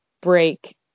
break